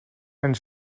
and